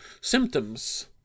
Symptoms